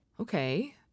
Okay